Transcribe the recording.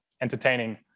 entertaining